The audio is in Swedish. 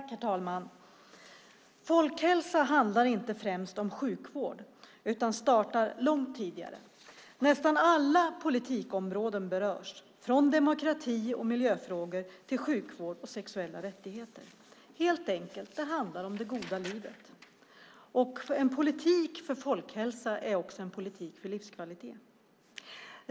Herr talman! Folkhälsa handlar inte främst om sjukvård utan startar långt tidigare. Nästan alla politikområden berörs, från demokrati och miljöfrågor till sjukvård och sexuella rättigheter. Det handlar helt enkelt om det goda livet. Och en politik för folkhälsa är också en politik för livskvalitet.